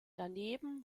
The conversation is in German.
daneben